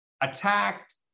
attacked